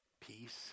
peace